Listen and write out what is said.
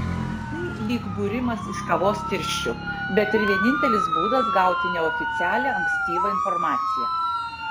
tai lyg būrimas iš kavos tirščių bet ir vienintelis būdas gauti neoficialią ankstyvą informaciją